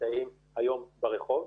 שנמצאים היום ברחוב.